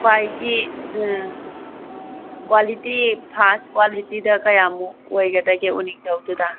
ꯈ꯭ꯋꯥꯏꯒꯤ quality first ꯀ꯭ꯋꯥꯂꯤꯇꯤꯗ ꯀꯌꯥꯃꯨꯛ ꯑꯣꯏꯒꯗꯒꯦ ꯎꯅꯤꯡꯊꯧꯗꯨꯗ